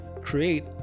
create